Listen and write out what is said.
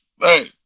hey